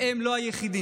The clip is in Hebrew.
והם לא היחידים,